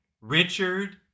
Richard